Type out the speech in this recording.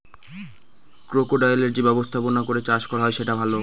ক্রোকোডাইলের যে ব্যবস্থাপনা করে চাষ করা হয় সেটা ভালো